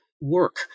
work